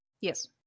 Yes